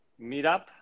meetup